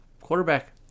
quarterback